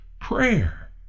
prayer